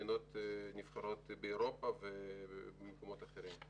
למדינות נבחרות באירופה ובמקומות אחרים.